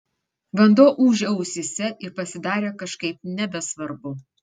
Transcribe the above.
vanduo ūžė ausyse ir pasidarė kažkaip nebesvarbu